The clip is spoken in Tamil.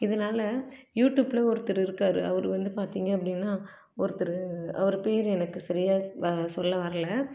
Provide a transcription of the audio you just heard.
இதனால் யூட்யூப்பில் ஒருத்தர் இருக்கார் அவர் வந்து பார்த்திங்க அப்படின்னா ஒருத்தர் அவர் பேர் எனக்கு சரியாக வ சொல்ல வரல